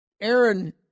Aaron